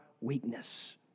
weakness